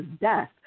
death